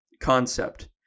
concept